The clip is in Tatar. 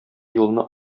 юлны